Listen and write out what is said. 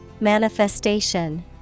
Manifestation